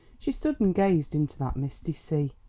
she stood and gazed into that misty sea.